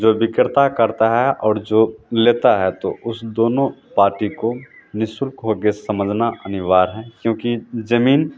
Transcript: जो विक्रेता करता है और जो लेता है तो उस दोनों पार्टी को निःशुल्क योग्य समझना अनिवार्य है क्योंकि ज़मीन